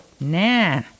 Nah